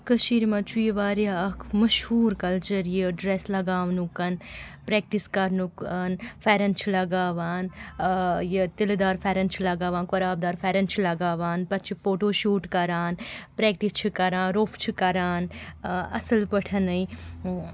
کٔشیٖرِ منٛز چھُ یہِ واریاہ اَکھ مشہوٗر کَلچَر یہِ ڈرٮ۪س لَگاونُک پرٮ۪کٹِس کَرنُک پھٮ۪رن چھُ لَگاوان یہِ تِلہٕ دار پھٮ۪رن چھِ لَگاوان قۄراب دار پھٮ۪رن چھِ لَگاوان پَتہٕ چھِ فوٹوٗ شوٗٹ کَران پرٮ۪کٹِس چھِ کَران روٚف چھِ کَران اَصٕل پٲٹھٮ۪ن